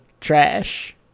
trash